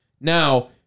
Now